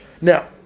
Now